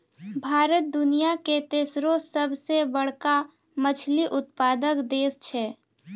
भारत दुनिया के तेसरो सभ से बड़का मछली उत्पादक देश छै